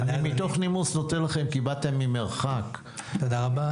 תודה רבה.